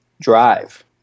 drive